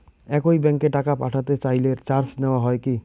একই ব্যাংকে টাকা পাঠাতে চাইলে চার্জ নেওয়া হয় কি?